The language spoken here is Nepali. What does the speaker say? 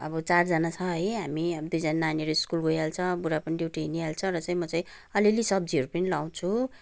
अब चारजना छ है हामी अब दुईजना नानीहरू स्कुल गइहाल्छ बुढा पनि ड्युटी हिँडिहाल्छ र चाहिँ म चाहिँ अलिअलि सब्जीहरू पनि लगाउँछु